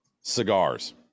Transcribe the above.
Cigars